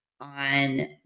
on